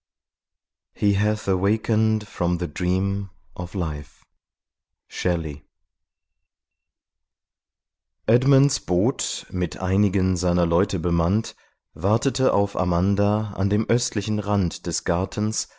edmunds boot mit einigen seiner leute bemannt wartete auf amanda an dem östlichen rand des gartens